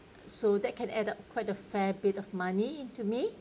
so that can add up quite a fair bit of money to me